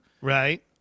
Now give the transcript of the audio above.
Right